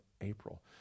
April